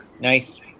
Nice